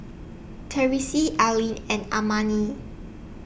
Therese Allyn and Amani